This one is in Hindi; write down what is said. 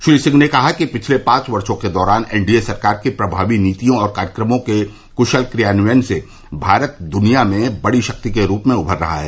श्री सिंह ने कहा कि पिछले पांच वर्षो के दौरान एनडीए सरकार की प्रभावी नीतियों और कार्यक्रमों के क्शल क्रियान्वयन से भारत दुनिया में बड़ी शक्ति के रूप में उभर रहा है